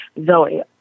Zoe